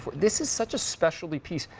this is such a specialty fees.